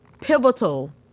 pivotal